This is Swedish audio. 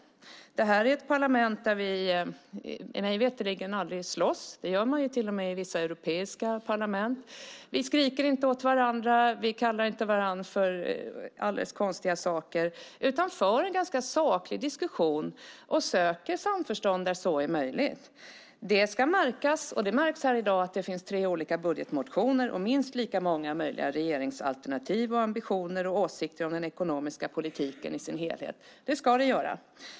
Det här är ett parlament där vi mig veterligen aldrig slåss. Det gör man till och med i vissa europeiska parlament. Vi skriker inte åt varandra och vi kallar inte varandra för konstiga saker, utan vi för en ganska saklig diskussion och söker samförstånd där så är möjligt. Det ska märkas, och det märks här i dag, att det finns tre olika budgetmotioner och minst lika många möjliga regeringsalternativ, ambitioner och åsikter om den ekonomiska politiken i sin helhet. Det ska det göra.